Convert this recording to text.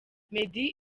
meddy